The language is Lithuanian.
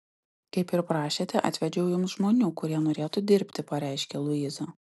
kaip ir prašėte atvedžiau jums žmonių kurie norėtų dirbti pareiškia luiza